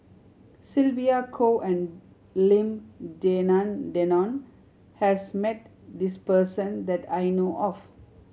Sylvia Kho and Lim Denan Denon has met this person that I know of